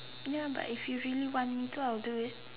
ya but if you really want me I'll do it